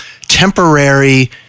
temporary